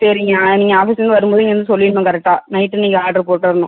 சரிங்க நீங்கள் ஆஃபிஸ்லேந்து வரும் போது நீங்கள் வந்து சொல்லிரணும் கரெட்டாக நைட்டு நீங்கள் ஆர்ட்ரு போட்டரணும்